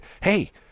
hey